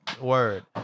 word